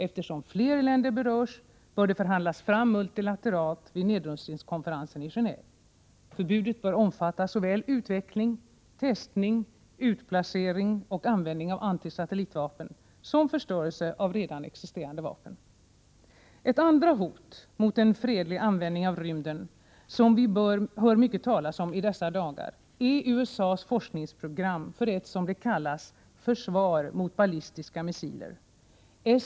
Eftersom flera länder berörs, bör det förhandlas fram multilateralt vid nedrustningskonferensen i Geneve. Förbudet bör omfatta såväl utveckling, testning, utplacering och användning av anti-satellitvapen som förstörelse av redan existerande vapen. Ett andra hot mot en fredlig användning av rymden, som vi hör mycket talas om i dessa dagar, är USA:s forskningsprogram för ett, som det kallas, försvar mot ballistiska missiler.